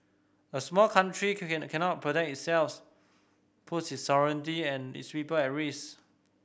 a small country cannot protect puts its sovereignty and its people at risk